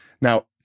Now